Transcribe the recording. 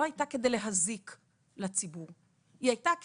שאם הם לא יתנו לו אבחון של אוטיזם ויתנו לו רק